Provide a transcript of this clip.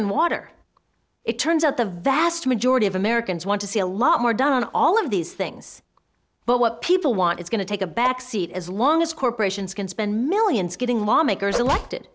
and water it turns out the vast majority of americans want to see a lot more done all of these things but what people want it's going to take a backseat as long as corporations can spend millions getting lawmakers elected